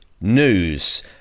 news